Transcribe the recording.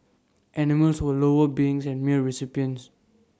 animals were lower beings and mere recipients